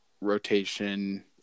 rotation